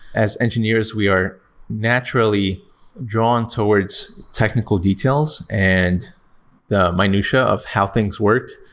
as engineers, we are naturally drawn towards technical details and the minutia of how things work,